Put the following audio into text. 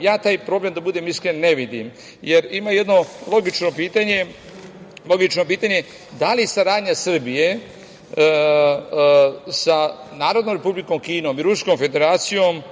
Ja tu problem, da budem iskren, ne vidim. Jer, ima jedno logično pitanje, da li saradnja Srbije sa Narodnom Republikom Kinom i Ruskom Federacijom